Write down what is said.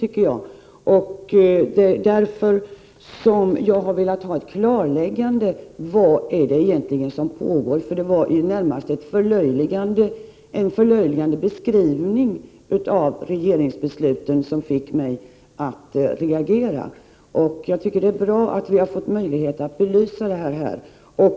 Det är därför jag har velat få ett klargörande av vad som egentligen pågår. Det var en närmast förlöjligande beskrivning av regeringsbeslutet som fick mig att reagera. Jag tycker att det är bra att vi har fått möjlighet att här i kammaren belysa frågan.